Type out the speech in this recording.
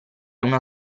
una